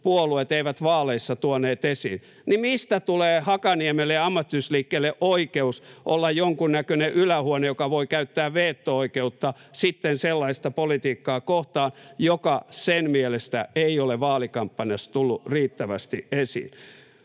hallituspuolueet eivät vaaleissa tuoneet esiin, niin mistä tulee Hakaniemelle ja ammattiyhdistysliikkeelle oikeus olla jonkunnäköinen ylähuone, joka voi sitten käyttää veto-oikeutta sellaista politiikkaa kohtaan, joka sen mielestä ei ole vaalikampanjassa tullut riittävästi esiin?